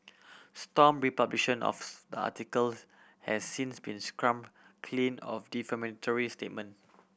stomp republication of article has since been scrubbed clean of defamatory statement